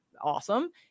Awesome